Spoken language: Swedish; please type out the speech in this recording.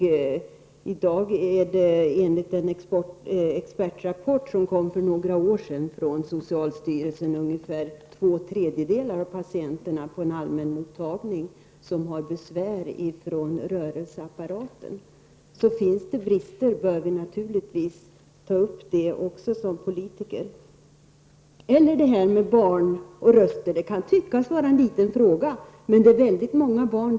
Enligt den expertrapport som kom för några år sedan från socialstyrelsen har ungefär två tredjedelar av patienterna på en allmän mottagning besvär från rörelseapparaten. Finns det brister bör vi som politiker naturligtvis ta upp dem också. Frågan om barn och röster kan tyckas vara liten, men det gäller många barn.